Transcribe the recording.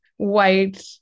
white